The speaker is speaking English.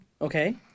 Okay